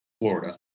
Florida